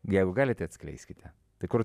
jeigu galite atskleiskite tai kur